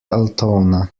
altona